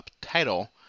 title